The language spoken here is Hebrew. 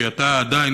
כי אתה עדיין,